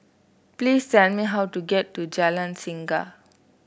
please tell me how to get to Jalan Singa